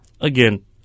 Again